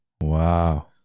Wow